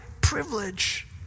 privilege